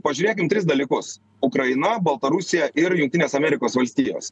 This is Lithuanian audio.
pažiūrėkim tris dalykus ukraina baltarusija ir jungtinės amerikos valstijos